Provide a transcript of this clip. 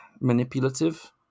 manipulative